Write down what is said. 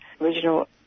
original